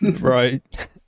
Right